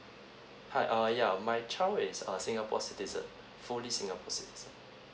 hi uh yeah my child is a singapore citizen fully singapore citizen